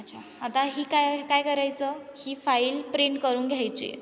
अच्छा आता ही काय काय करायचं ही फाईल प्रिंट करून घ्यायची आहे